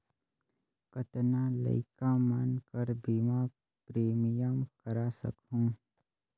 कतना लइका मन कर बीमा प्रीमियम करा सकहुं?